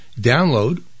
download